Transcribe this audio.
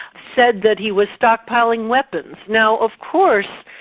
said that he was stockpiling weapons. now of course,